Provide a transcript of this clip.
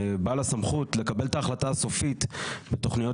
בעל הסמכות לקבל את ההחלטה הסופית בתוכניות